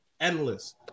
endless